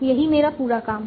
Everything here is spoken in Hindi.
यही मेरा पूरा काम है